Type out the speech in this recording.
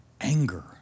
anger